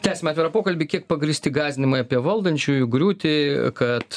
tęsiame atvirą pokalbį kiek pagrįsti gąsdinimai apie valdančiųjų griūtį kad